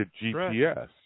GPS